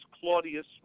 Claudius